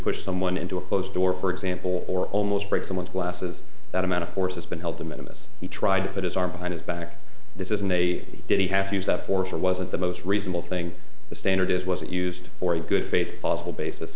push someone into a closed door for example or almost break someone's glasses that amount of force has been helped him in this he tried to put his arm behind his back this isn't a did he have to use that force or wasn't the most reasonable thing the standard is wasn't used for a good faith possible basis